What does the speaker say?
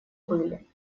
были